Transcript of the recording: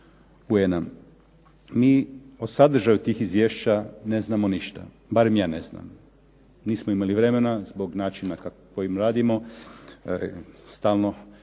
UN-a. Mi o sadržaju tih izvješća ne znamo ništa. Barem ja ne znam. Nismo imali vremena zbog načina kojim radimo, stalno